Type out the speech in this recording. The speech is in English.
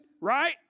right